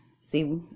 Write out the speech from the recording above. See